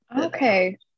Okay